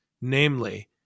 namely